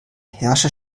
herrscher